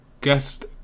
guest